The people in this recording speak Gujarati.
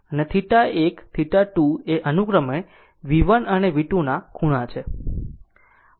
અને θ એક θ2 એ અનુક્રમે V1 અને V2 ના ખૂણા છે